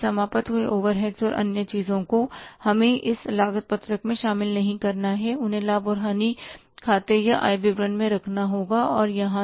समाप्त हुए ओवरहेड्स और अन्य चीजों को हमें इस लागत पत्रक में शामिल नहीं करना है उन्हें लाभ और हानि खाते या आय विवरण में रखना होगा और यहां नहीं